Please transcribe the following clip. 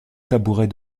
tabouret